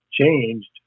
changed